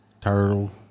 Turtle